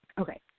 Okay